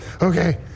Okay